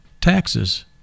Taxes